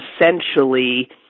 essentially